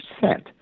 percent